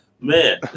man